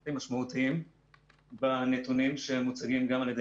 די משמעותיים בנתונים שמוצגים גם על ידי